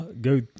go